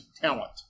talent